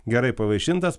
gerai pavaišintas